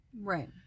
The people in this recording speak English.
Right